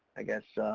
i guess, ah,